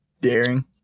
daring